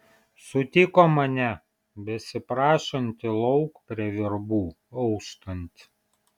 sutiko mane besiprašantį lauk prie virbų auštant